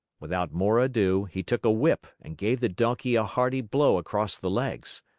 without more ado, he took a whip and gave the donkey a hearty blow across the legs.